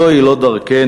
זוהי לא דרכנו.